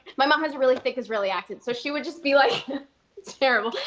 my mom has a really thick israeli accent, so she would just be, like it's terrible.